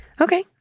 Okay